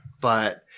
but-